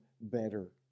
better